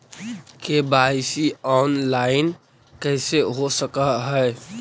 KYC online कैसे हो सक है?